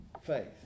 faith